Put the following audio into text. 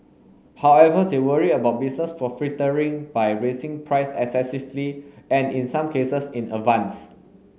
however they worry about business profiteering by raising price excessively and in some cases in advance